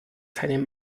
keine